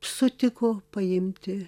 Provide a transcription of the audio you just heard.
sutiko paimti